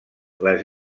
les